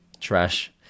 trash